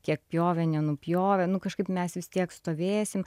kiek pjovė nenupjovė nu kažkaip mes vis tiek stovėsim